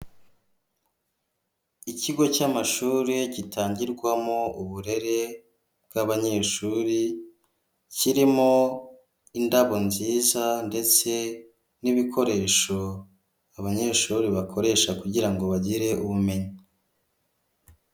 Ikigo cy'amashuri gitangirwamo uburere bw'abanyeshuri kiri mo indabo nziza ndetse n'ibikoresho abanyeshuri bakoresha kugira ngo bagire ubumenyi.